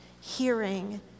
hearing